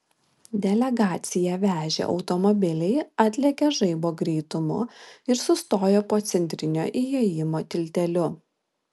delegaciją vežę automobiliai atlėkė žaibo greitumu ir sustojo po centrinio įėjimo tilteliu